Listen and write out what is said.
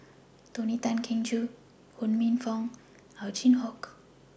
Tony Tan Keng Joo Ho Minfong and Ow Chin Hock